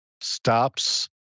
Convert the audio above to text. stops